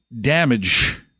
damage